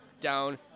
down